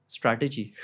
Strategy